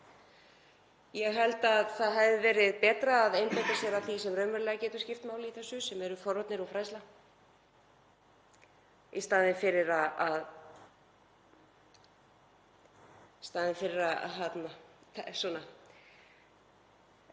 Ég held að það hefði verið betra að einbeita sér að því sem raunverulega getur skipt máli í þessu, sem eru forvarnir og fræðsla, í staðinn fyrir að